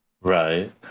Right